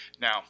Now